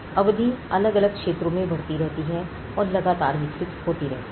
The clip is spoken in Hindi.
अवधि अलग अलग क्षेत्रों में बढ़ती रहती है और लगातार विकसित होती रहती है